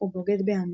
הוא בוגד בעמו.